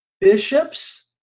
bishops